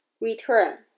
return